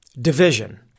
division